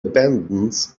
abandons